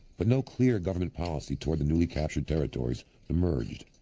but no clear government policy toward the newly captured territories emerged.